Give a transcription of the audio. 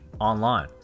online